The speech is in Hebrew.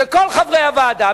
שכל חברי הוועדה,